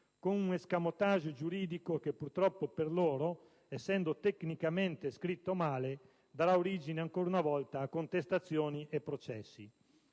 con un *escamotage* giuridico che, purtroppo per loro, essendo tecnicamente scritto male, darà origine ancora una volta a contestazioni e processi.